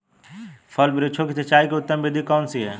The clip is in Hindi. फल वृक्षों की सिंचाई की उत्तम विधि कौन सी है?